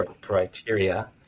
criteria